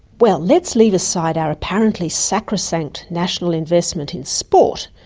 well, let's leave aside our apparently sacrosanct national investment in sport,